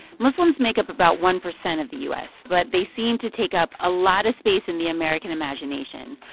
muslims make up about one percent of the u s, but they seem to take up a lot of space in the american imagination.